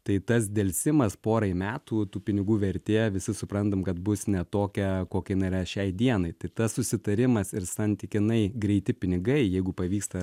tai tas delsimas porai metų tų pinigų vertė visi suprantam kad bus ne tokia kokia jinai yra šiai dienai tai tas susitarimas ir santykinai greiti pinigai jeigu pavyksta